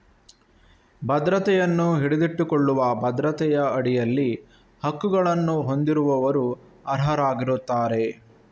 ಭದ್ರತೆಯನ್ನು ಹಿಡಿದಿಟ್ಟುಕೊಳ್ಳುವ ಭದ್ರತೆಯ ಅಡಿಯಲ್ಲಿ ಹಕ್ಕುಗಳನ್ನು ಹೊಂದಿರುವವರು ಅರ್ಹರಾಗಿರುತ್ತಾರೆ